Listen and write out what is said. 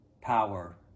power